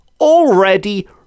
already